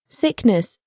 sickness